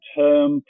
term